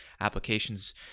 applications